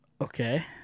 Okay